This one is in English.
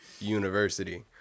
university